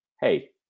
hey